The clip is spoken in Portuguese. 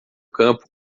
campo